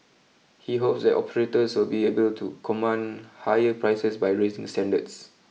he hopes that operators will be able to command higher prices by raising standards